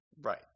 Right